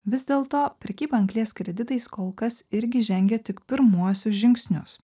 vis dėlto prekyba anglies kreditais kol kas irgi žengia tik pirmuosius žingsnius